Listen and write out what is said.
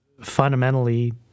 fundamentally